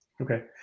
okay